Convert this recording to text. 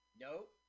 Nope